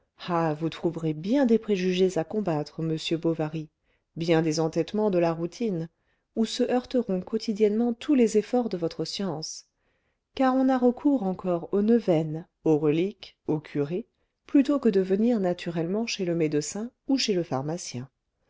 vous trouverez bien des préjugés à combattre monsieur bovary bien des entêtements de la routine où se heurteront quotidiennement tous les efforts de votre science car on a recours encore aux neuvaines aux reliques au curé plutôt que de venir naturellement chez le médecin ou chez le pharmacien